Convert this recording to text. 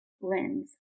lens